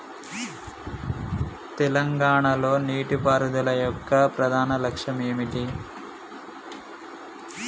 తెలంగాణ లో నీటిపారుదల యొక్క ప్రధాన లక్ష్యం ఏమిటి?